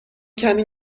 کمی